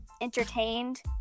entertained